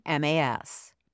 MAS